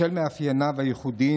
בשל מאפייניו הייחודיים,